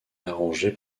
arrangés